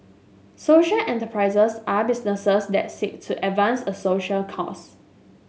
social enterprises are businesses that seek to advance a social cause